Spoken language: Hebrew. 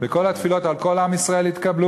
וכל התפילות על כל עם ישראל יתקבלו,